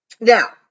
Now